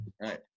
Right